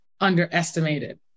underestimated